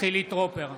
חילי טרופר,